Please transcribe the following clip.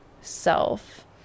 self